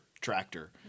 tractor